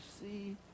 see